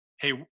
Hey